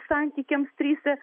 santykiams tryse